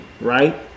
right